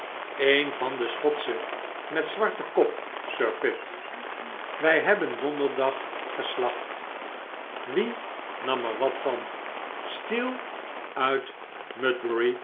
een van de schotsche met zwarten kop sir pitt wij hebben donderdag geslacht wie nam er wat van steel uit